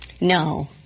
No